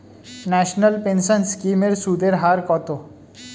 National pension scheme এর সুদের হার কত?